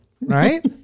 right